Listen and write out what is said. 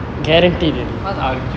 what's R_Q